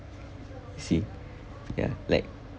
see ya like